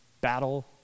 battle